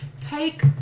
Take